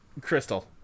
Crystal